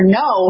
no